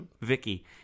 Vicky